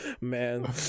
Man